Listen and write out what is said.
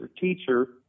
teacher